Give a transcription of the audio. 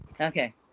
Okay